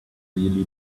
really